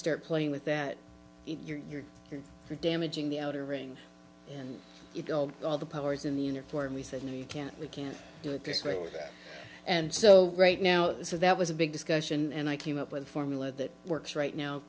start playing with that you're you're you're you're damaging the outer ring and all the powers in the uniform we said no you can't we can't do it this way and so right now so that was a big discussion and i came up with a formula that works right now